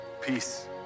Peace